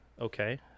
Okay